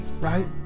right